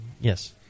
Yes